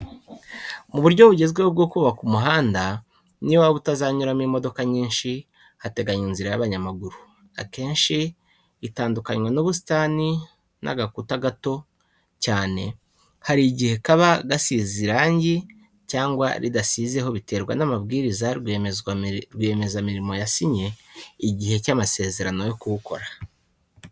Mu buryo bugezweho bwo kubaka umuhanda, n'iyo waba utazanyuramo imodoka nyinshi, hateganywa inzira y'abanyamaguru; akenshi itandukanywa n'ubusitani n'agakuta gato cyane, hari igihe kaba gasize irangi cyangwa ridasizeho, biterwa n'amabwiriza rwiyemezamirimo yasinye igihe cy'amasezerano yo kuwukora.